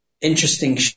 interesting